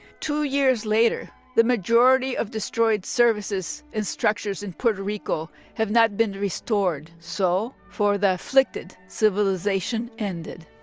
two years later, the majority of destroyed services and structures in puerto rico have not been restored. so, for the afflicted civilization ended.